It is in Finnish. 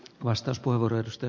arvoisa puhemies